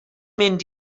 mynd